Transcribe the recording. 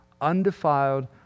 undefiled